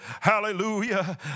Hallelujah